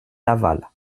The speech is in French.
laval